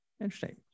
Interesting